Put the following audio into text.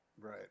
Right